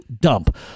dump